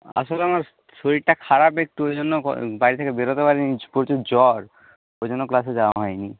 আসলে আমার শরীরটা খারাপ একটু ওই জন্য বাড়ি থেকে বেরোতে পারিনি প্রচুর জ্বর ওই জন্য ক্লাসে যাওয়া হয়নি